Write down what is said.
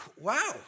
Wow